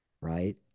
right